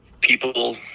people